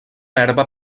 herba